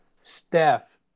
staff